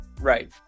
Right